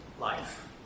life